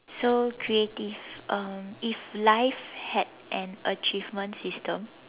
so creative um if life had an achievement system